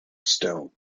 stone